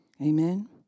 Amen